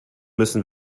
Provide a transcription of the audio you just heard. müssen